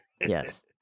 Yes